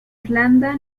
irlanda